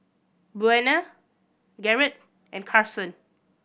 Buena Garett and Carsen